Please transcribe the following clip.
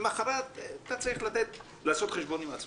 הבנתי שלמחרת אתה צריך לעשות חשבון עם עצמך.